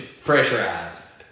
Pressurized